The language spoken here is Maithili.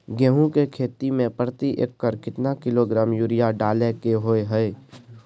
गेहूं के खेती में प्रति एकर केतना किलोग्राम यूरिया डालय के होय हय?